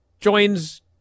joins